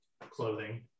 clothing